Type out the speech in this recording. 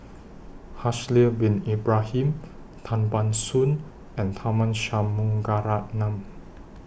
Haslir Bin Ibrahim Tan Ban Soon and Tharman Shanmugaratnam